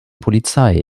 polizei